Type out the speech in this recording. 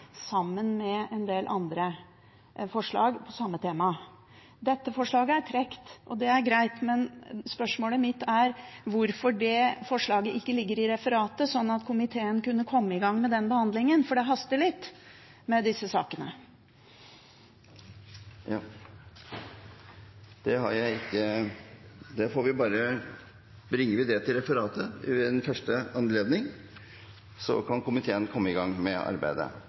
sammen med en del andre forslag om samme tema. Dette forslaget er trukket, og det er greit, men spørsmålet mitt er hvorfor vårt forslag ikke ligger i referatet, slik at komiteen kunne komme i gang med den behandlingen, for det haster litt med disse sakene. Det får vi bringe til referatet ved første anledning, slik at komiteen kan komme i gang med arbeidet.